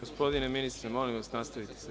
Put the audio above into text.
Gospodine ministre, molim vas, nastavite.